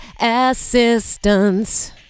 assistance